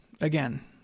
again